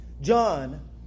John